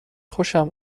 خوشم